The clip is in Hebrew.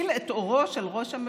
תעשו לי טובה.